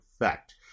effect